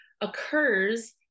occurs